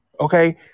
Okay